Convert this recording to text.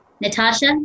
Natasha